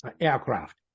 aircraft